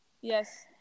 Yes